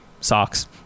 socks